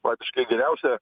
praktiškai geriausia